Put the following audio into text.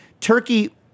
turkey